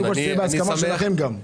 קודם כל שזה יהיה בהסכמה שלכם גם.